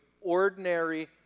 ordinary